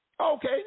Okay